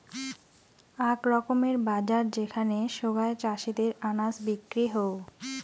আক রকমের বাজার যেখানে সোগায় চাষীদের আনাজ বিক্রি হউ